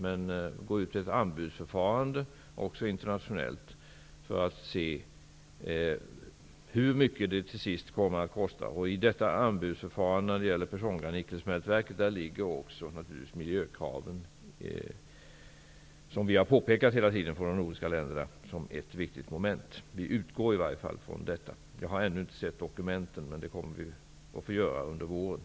Det sker ett anbudsförfarande, och man går även ut internationellt för att se hur mycket det till sist kommer att kosta. I detta anbudsförfarande för Pechonga-nickelsmältverket ingår naturligtvis också miljökraven -- något som vi från de nordiska länderna hela tiden har påpekat -- som ett viktigt moment. Vi utgår i varje fall från detta. Jag har ännu inte sett dokumenten, men det kommer vi att få göra under våren.